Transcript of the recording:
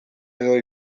edo